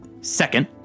Second